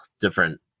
different